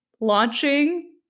launching